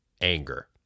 Anger